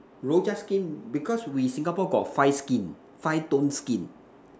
Rojak skin because we Singapore got five skin five tone skin